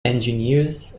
engineers